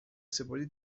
سپردی